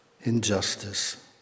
injustice